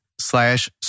...slash